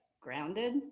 grounded